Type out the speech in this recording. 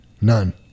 None